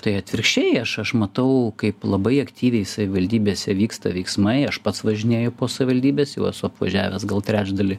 tai atvirkščiai aš aš matau kaip labai aktyviai savivaldybėse vyksta veiksmai aš pats važinėju po savivaldybes jau esu apvažiavęs gal trečdalį